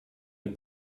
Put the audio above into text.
dem